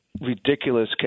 Ridiculous